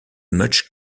much